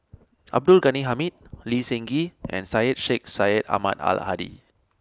Abdul Ghani Hamid Lee Seng Gee and Syed Sheikh Syed Ahmad Al Hadi